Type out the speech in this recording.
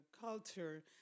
culture